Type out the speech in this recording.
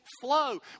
flow